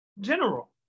general